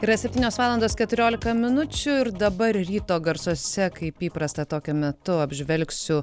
yra septynios valandos keturiolika minučių ir dabar ryto garsuose kaip įprasta tokiu metu apžvelgsiu